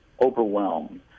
overwhelmed